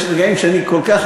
שאני כל כך,